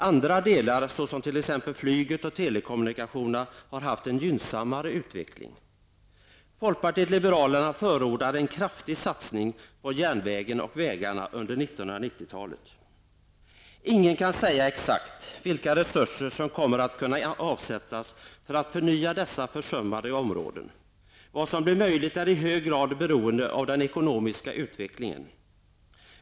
Andra delar, t.ex. flyget och telekommunikationerna, har haft en gynnsammare utveckling. Folkpartiet liberalerna förordar en kraftig satsning på järnvägen och vägarna under 1990-talet. Ingen kan säga exakt vilka resurser som kommer att kunna avsättas för att förnya dessa försummade områden. Vad som blir möjligt är i hög grad beroende av den ekonomiska utvecklingen.